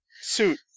Suit